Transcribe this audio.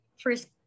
first